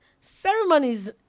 ceremonies